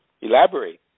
Elaborate